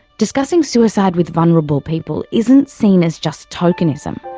discussing suicide with vulnerable people isn't seen as just tokenism.